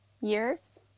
years